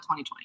2020